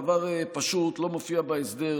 הדבר פשוט לא מופיע בהסדר,